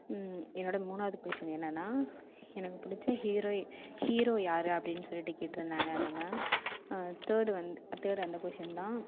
என்னோட மூணாவது கொஸிடின் என்னன்னா எனக்கு பிடிச்ச ஹீரோ ஹீரோ யார் அப்படின்னு சொல்லிவிட்டு கேட்டுருந்தாங்க அந்த மேம் தேர்ட் வந்து தேர்ட் அந்த கொஸிடின்தான்